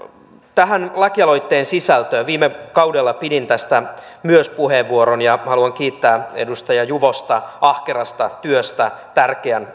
tähän lakialoitteen sisältöön myös viime kaudella pidin tästä puheenvuoron ja haluan kiittää edustaja juvosta ahkerasta työstä tärkeän